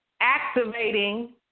activating